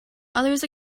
others